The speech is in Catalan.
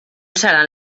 seran